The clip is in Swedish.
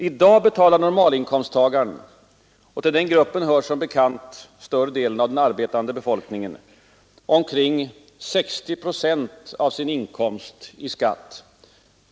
I dag betalar normalinkomsttagaren — och till den gruppen hör som bekant större delen av den arbetande befolkningen — omkring 60 procent av sin inkomst i skatt.